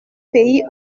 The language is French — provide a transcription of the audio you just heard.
pays